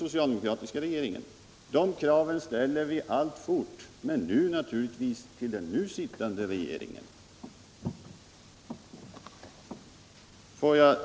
Samma krav ställer vi alltfort, men nu naturligtvis till den nu sittande regeringen.